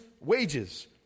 wages